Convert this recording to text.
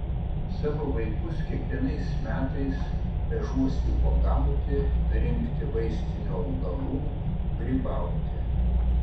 savo vaikus kiekvienais metais vežuosi uogauti rinkti vaistinių augalų grybauti